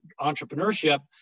entrepreneurship